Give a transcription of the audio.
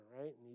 right